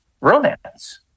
romance